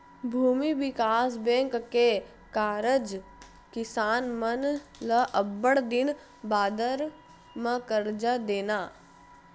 भूमि बिकास बेंक के कारज किसान मन ल अब्बड़ दिन बादर म करजा देना